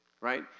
right